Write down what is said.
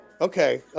Okay